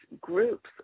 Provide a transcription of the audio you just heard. groups